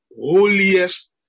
holiest